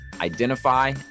identify